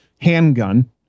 Handgun